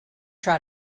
try